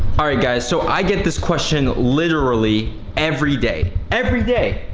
alright guys, so i get this question literally every day. every day,